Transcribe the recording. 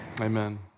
amen